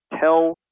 tell